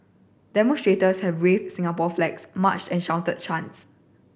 demonstrators had waved Singapore flags marched and shouted chants